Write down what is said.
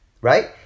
Right